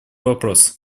вопросы